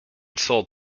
sold